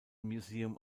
museum